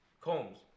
Combs